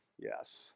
Yes